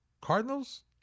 Cardinals